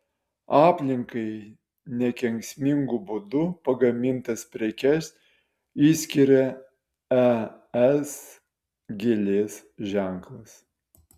aplinkai nekenksmingu būdu pagamintas prekes išskiria es gėlės ženklas